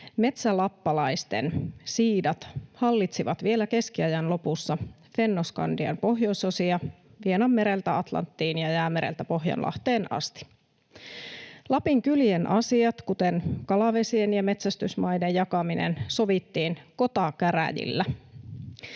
Metsälappalaisten siidat hallitsivat vielä keskiajan lopussa Fennoskandian pohjoisosia Vienanmereltä Atlanttiin ja Jäämereltä Pohjanlahteen asti. Lapinkylien asiat, kuten kalavesien ja metsästysmaiden jakaminen, sovittiin kotakäräjillä.